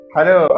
Hello